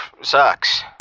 sucks